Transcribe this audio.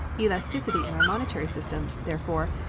elasticity in our monetary system, therefore,